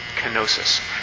kenosis